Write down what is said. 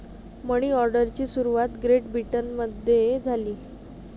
मनी ऑर्डरची सुरुवात ग्रेट ब्रिटनमध्ये झाली